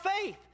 faith